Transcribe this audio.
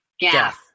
Yes